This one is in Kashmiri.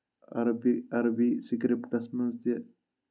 عربی عربی سِکرِپٹَس منٛز تہِ